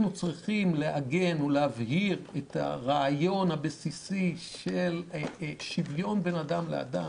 אנחנו צריכים לעגן ולהבהיר את הרעיון הבסיסי של שוויון בין אדם לאדם